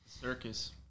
Circus